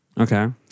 Okay